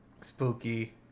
Spooky